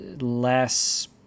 less